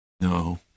No